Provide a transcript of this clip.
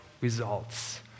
results